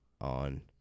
on